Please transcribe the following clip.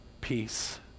peace